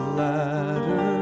ladder